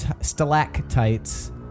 stalactites